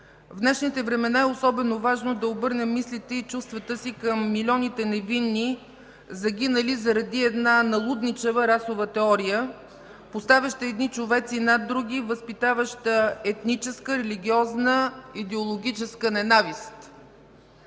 в днешните времена особено важно е да обърнем мислите и чувствата си към милионите невинни, загинали заради една налудничава расова теория, поставяща едни човеци над други, възпитаваща етническа, религиозна, идеологическа ненавист.